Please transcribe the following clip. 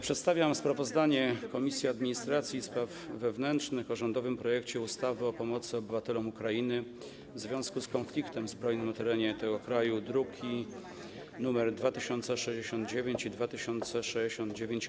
Przedstawiam sprawozdanie Komisji Administracji i Spraw Wewnętrznych o rządowym projekcie ustawy o pomocy obywatelom Ukrainy w związku z konfliktem zbrojnym na terenie tego państwa, druki nr 2069 i 2069-A.